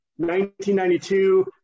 1992